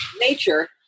nature